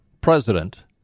president